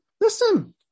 Listen